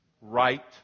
Right